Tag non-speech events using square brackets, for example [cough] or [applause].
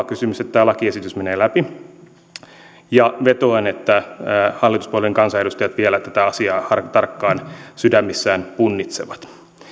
[unintelligible] kysymys siinä että tämä lakiesitys menee läpi ja vetoan että hallituspuolueiden kansanedustajat vielä tätä asiaa tarkkaan sydämissään punnitsevat